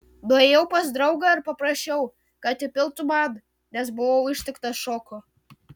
nuėjau pas draugą ir paprašiau kad įpiltų man nes buvau ištiktas šoko